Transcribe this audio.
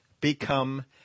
become